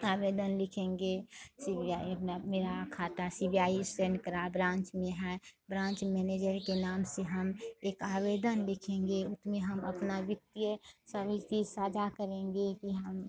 आवेदन लिखेंगे C B I अपना मेरा खाता सि बी आई ब्रांच में है ब्रांच मेनेजर के नाम से हम एक आवेदन लिखेंगे उसमें हम अपना वित्तीय सभी चीज साझा करेंगे कि हम